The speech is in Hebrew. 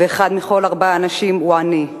ואחד מכל ארבעה אנשים הוא עני.